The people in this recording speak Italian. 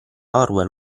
orwell